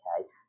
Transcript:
okay